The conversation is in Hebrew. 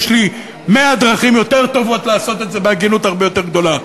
יש לי מאה דרכים יותר טובות לעשות את זה בהגינות הרבה יותר גדולה.